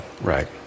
Right